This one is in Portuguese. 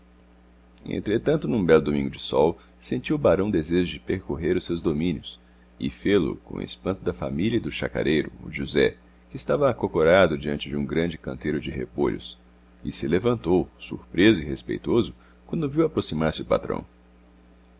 entretanto num belo domingo de sol sentiu o barão desejos de percorrer os seus domínios e fê-lo com espanto da família e do chacareiro o josé que estava acocorado diante de um grande canteiro de repolhos e se levantou surpreso e respeitoso quando viu aproximar-se o patrão